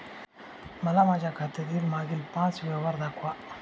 मला माझ्या खात्यातील मागील पांच व्यवहार दाखवा